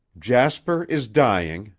jasper is dying,